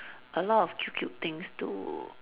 a lot of cute cute things to